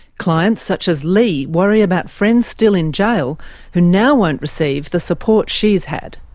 clients such as lee worry about friends still in jail who now won't receive the support she's had.